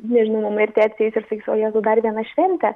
nežinau mama ir tėtis ateis ir sakys o jėzau dar viena šventė